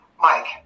Mike